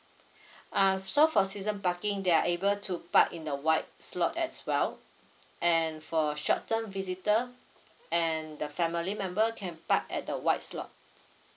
uh so for season parking they are able to park in the white slot as well and for short term visitor and the family member can park at the white slot